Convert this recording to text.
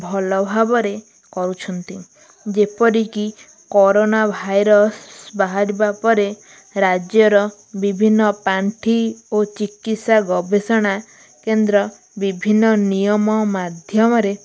ଭଲ ଭାବରେ କରୁଛନ୍ତି ଯେପରିକି କୋରୋନା ଭାଇରସ୍ ବାହାରିବା ପରେ ରାଜ୍ୟର ବିଭିନ୍ନ ପାଣ୍ଠି ଓ ଚିକିତ୍ସା ଗବେଷଣା କେନ୍ଦ୍ର ବିଭିନ୍ନ ନିୟମ ମାଧ୍ୟମରେ